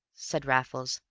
said raffles,